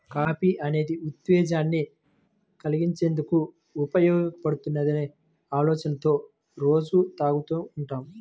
coffee అనేది ఉత్తేజాన్ని కల్గించేందుకు ఉపయోగపడుతుందనే ఆలోచనతో రోజూ తాగుతూ ఉంటాం